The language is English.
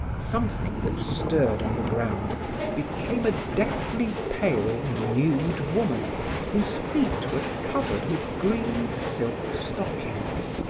something that stirred on the ground became a deathly pale, nude woman whose feet were covered with green silk stockings.